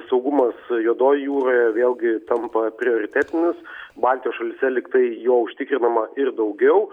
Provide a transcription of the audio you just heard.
saugumas juodojoj jūroje vėlgi tampa prioritetinis baltijos šalyse lygtai jo užtikrinama ir daugiau